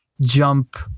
jump